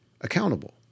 accountable